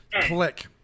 Click